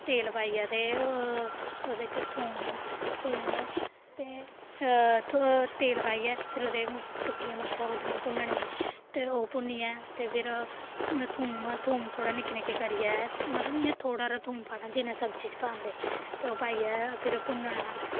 तेल पाइयै ते ओह्दे च थोम थोम ते त तेल पाइयै फिर ओह्दे च सुक्कियां मर्चां सु'ट्टनियां भुन्नने गी ते ओह् भुन्नियै ते फिर थोम थोम थोह्ड़ा निक्के निक्के करियै मतलब इ'यां थोह्ड़ा हारा थोम पाना जिन्ना सब्जी च पांदे ते ओह् पाइयै फिर भुन्नना